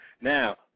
Now